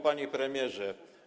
Panie Premierze!